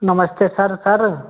नमस्ते sir sir